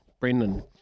Brendan